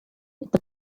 это